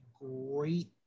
great